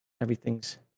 everything's